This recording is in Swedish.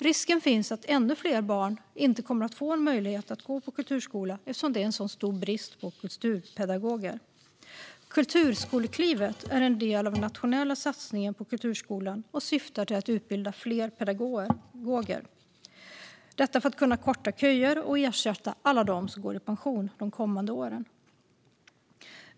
Risken finns att ännu färre barn kommer att få möjlighet att gå i kulturskolan eftersom det råder så stor brist på kulturpedagoger. Kulturskoleklivet är en del av den nationella satsningen på kulturskolan och syftar till att utbilda fler pedagoger. Detta för att kunna korta köer och ersätta alla dem som går i pension de kommande åren.